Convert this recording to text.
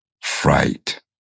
fright